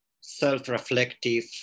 self-reflective